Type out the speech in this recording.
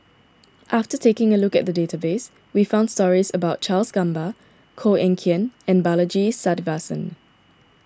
after taking a look at the database we found stories about Charles Gamba Koh Eng Kian and Balaji Sadasivan